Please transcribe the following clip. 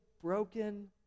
broken